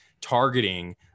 targeting